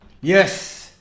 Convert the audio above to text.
Yes